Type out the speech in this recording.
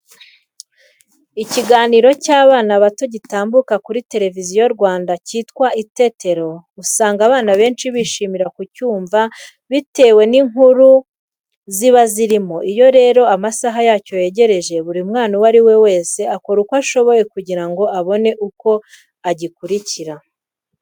Ikiganiro cy'abana bato gitambuka kuri Televiziyo Rwanda cyitwa Itetero, usanga abana benshi bishimira kucyumva bitewe n'inkuru ziba zirimo. Iyo rero amasaha yacyo yegereje, buri mwana uwo ari we wese akora uko ashoboye kugira ngo abone uko agikurikirana.